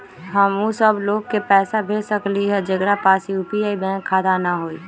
हम उ सब लोग के पैसा भेज सकली ह जेकरा पास यू.पी.आई बैंक खाता न हई?